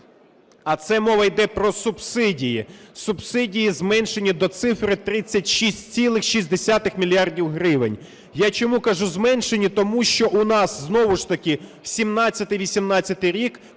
А це мова йде про субсидії. Субсидії зменшено до цифри 36,6 мільярдів гривень. Я чому кажу зменшені, тому що у нас знову ж таки 2017-2018 рік,